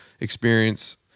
experience